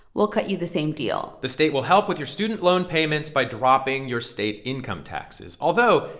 we'll cut you the same deal the state will help with your student loan payments by dropping your state income taxes although,